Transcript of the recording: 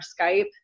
skype